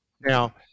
Now